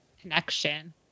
connection